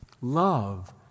Love